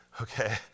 Okay